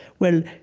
well,